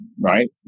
right